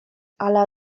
ala